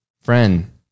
Friend